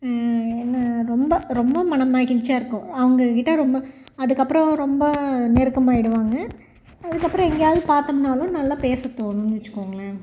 என்ன ரொம்ப ரொம்ப மகிழ்ச்சியாக இருக்கும் அவங்கக்கிட்ட ரொம்ப அதுக்கப்புறம் ரொம்ப நெருக்கமாயிடுவாங்க அதுக்கப்புறம் எங்கேயாவது பார்த்தம்னாலும் நல்லா பேச தோணுன்னு வச்சுக்கோங்களேன்